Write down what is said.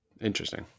Interesting